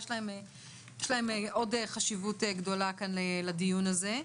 יש להם עוד חשיבות גדולה לדיון הזה.